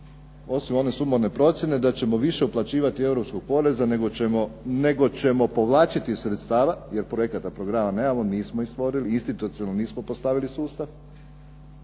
Osim one sumorne procjene da ćemo više plaćati Europskog poreza nego ćemo povlačiti sredstava, jer projekata i programa nemamo, nismo ih stvorili, institucionalno nismo postavili sustav